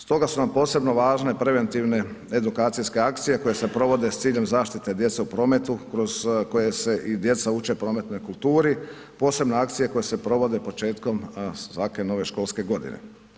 Stoga su nam posebno važne preventivne edukacijske akcije koje se provode s ciljem zaštite djece u prometu kroz koje se i djeca uče prometnoj kulturi, posebno akcije koje se provode početkom svake nove školske godine.